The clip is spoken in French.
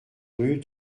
rue